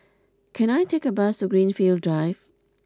can I take a bus to Greenfield Drive